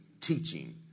teaching